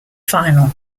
final